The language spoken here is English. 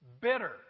Bitter